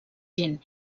gent